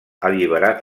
alliberat